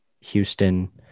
Houston